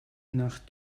nach